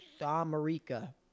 America